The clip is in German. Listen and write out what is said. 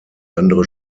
andere